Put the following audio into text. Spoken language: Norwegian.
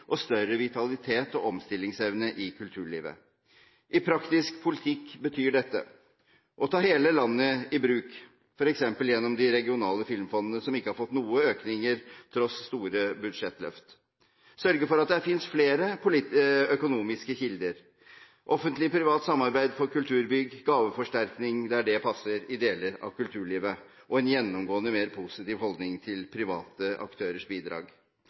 maktspredning, større vitalitet og omstillingsevne i kulturlivet. I praktisk politikk betyr dette å ta hele landet i bruk, f.eks. gjennom de regionale filmfondene, som ikke har fått noen økninger tross store budsjettløft, sørge for at det finnes flere økonomiske kilder – offentlig–privat samarbeid for kulturbygg og gaveforsterkning der det passer i deler av kulturlivet – en gjennomgående mer positiv holdning til private aktørers bidrag,